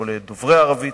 או לדוברי ערבית,